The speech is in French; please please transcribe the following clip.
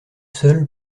seule